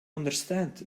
understand